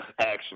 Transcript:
action